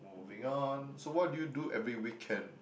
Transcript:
moving on so what do you do every weekend